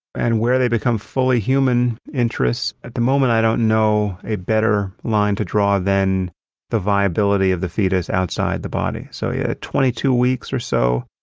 and where they become fully human interests, at the moment i don't know a better line to draw than the viability of the fetus outside the body. so yeah at twenty two weeks or so,